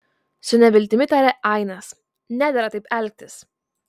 su neviltimi tarė ainas nedera taip elgtis